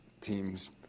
Teams